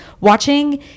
watching